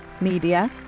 media